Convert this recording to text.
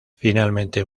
finalmente